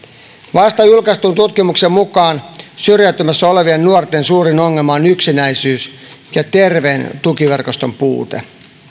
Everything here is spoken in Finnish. vasta julkaistun tutkimuksen mukaan syrjäytymässä olevien nuorten suurin ongelma on yksinäisyys ja terveen tukiverkoston puute